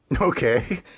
Okay